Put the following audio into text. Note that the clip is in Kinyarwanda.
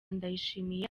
ndayishimiye